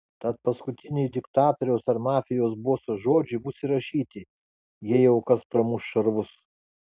tad paskutiniai diktatoriaus ar mafijos boso žodžiai bus įrašyti jei jau kas pramuš šarvus